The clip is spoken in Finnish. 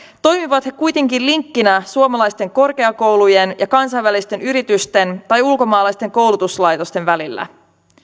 toimivat he kuitenkin linkkinä suomalaisten korkeakoulujen ja kansainvälisten yritysten tai ulkomaalaisten koulutuslaitosten välillä